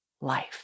life